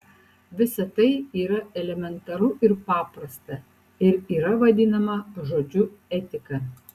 visa tai yra elementaru ir paprasta ir yra vadinama žodžiu etika